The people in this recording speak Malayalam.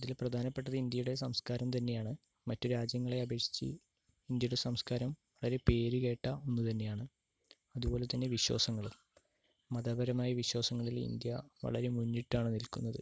ഇതില് പ്രധാനപ്പെട്ടത് ഇന്ത്യയുടെ സംസ്കാരം തന്നെയാണ് മറ്റ് രാജ്യങ്ങളെ അപേക്ഷിച്ച് ഇന്ത്യയുടെ സംസ്കാരം വളരെ പേര് കേട്ട ഒന്ന് തന്നെയാണ് അതുപോലെ തന്നെ വിശ്വാസങ്ങളും മതപരമായ വിശ്വാസങ്ങളിൽ ഇന്ത്യ വളരെ മുന്നിട്ടാണ് നിൽക്കുന്നത്